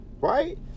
Right